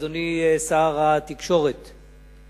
אדוני שר התקשורת,